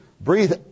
breathe